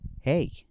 Hey